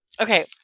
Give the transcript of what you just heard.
Okay